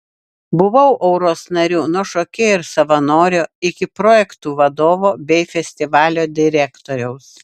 buvau auros nariu nuo šokėjo ir savanorio iki projektų vadovo bei festivalio direktoriaus